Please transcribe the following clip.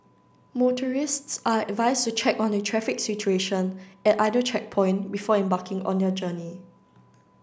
motorists are advised to check on the traffic situation at either checkpoint before embarking on their journey